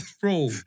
Bro